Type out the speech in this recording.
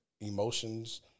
emotions